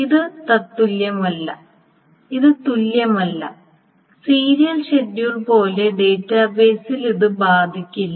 ഇത് തുല്ല്യമല്ല serial schedule പോലെ ഡാറ്റാബേസിൽ ഇത് ബാധിക്കില്ല